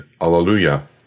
Alleluia